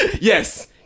Yes